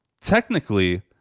Technically